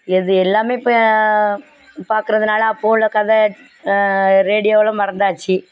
எது எல்லாமே இப்போ பார்க்கறதுனால அப்போது உள்ள கதை ரேடியோயெலாம் மறந்தாச்சு